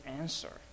answer